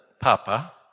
Papa